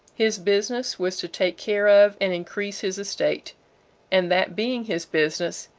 his business was to take care of and increase his estate and that being his business,